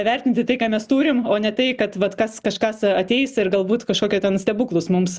vertinti tai ką mes turim o ne tai kad vat kas kažkas ateis ir galbūt kažkokio ten stebuklus mums